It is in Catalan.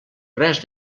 res